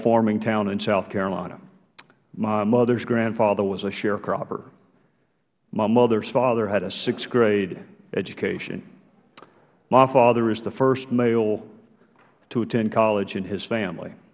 farming town in south carolina my mother's grandfather was a sharecropper my mother's father had a sixth grade education my father is the first male to attend college in his family